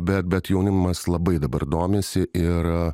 bet bet jaunimas labai dabar domisi ir